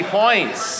points